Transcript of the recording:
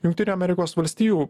jungtinių amerikos valstijų